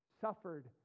Suffered